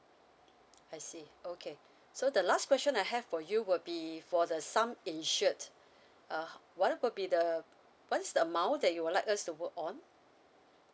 I see okay so the last question I have for you would be for the sum insured uh what would be the what's the amount that you would like us to work on